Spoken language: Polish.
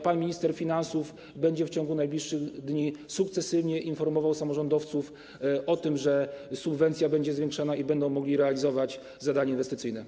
Pan minister finansów w ciągu najbliższych dni będzie sukcesywnie informował samorządowców o tym, że subwencja będzie zwiększana i będą oni mogli realizować zadania inwestycyjne.